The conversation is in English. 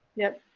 yep.